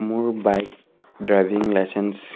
মোৰ bike driving licence